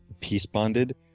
peace-bonded